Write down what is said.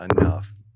enough